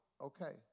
Okay